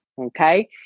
okay